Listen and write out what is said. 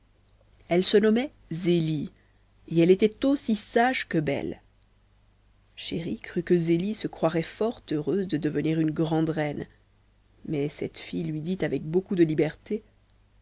elle se nommait zélie et elle était aussi sage que belle chéri crut que zélie se croirait fort heureuse de devenir une grande reine mais cette fille lui dit avec beaucoup de liberté